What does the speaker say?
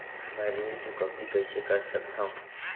मैं ऋण चुकौती कइसे कर सकथव?